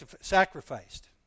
sacrificed